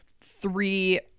three